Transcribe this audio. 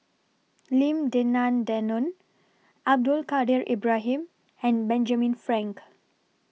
Lim Denan Denon Abdul Kadir Ibrahim and Benjamin Frank